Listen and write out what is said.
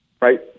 right